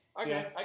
Okay